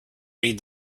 read